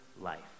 life